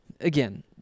again